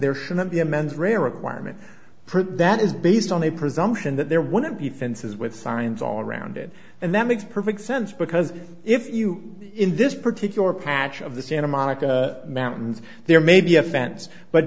there shouldn't be a men's rare requirement for that is based on a presumption that there wouldn't be fences with signs all around it and that makes perfect sense because if you in this particular patch of the santa monica mountains there may be a fence but